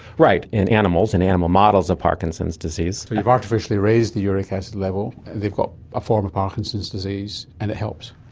right, in animals, in animal models of parkinson's disease. so you've artificially raised the uric acid level, they've got a form of parkinson's disease, and it helps.